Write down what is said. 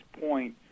point